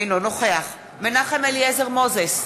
אינו נוכח מנחם אליעזר מוזס,